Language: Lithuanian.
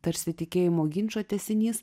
tarsi tikėjimo ginčo tęsinys